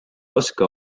oska